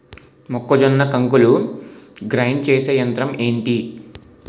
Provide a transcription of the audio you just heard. మొక్కజొన్న కంకులు గ్రైండ్ చేసే యంత్రం ఏంటి?